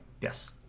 Yes